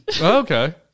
Okay